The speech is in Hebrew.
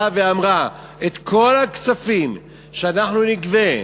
שבאה ואמרה: את כל הכספים שאנחנו נגבה,